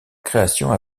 création